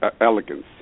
elegance